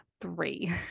three